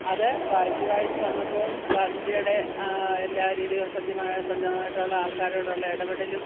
അതു വായിച്ചു വായിച്ചു വന്നപ്പോൾ ഗാന്ധിജിയുടെ എല്ലാ രീതിയിലും സത്യമായസന്ധമായിട്ടുള്ള ആൾക്കാരോടുള്ള ഇടപെടലും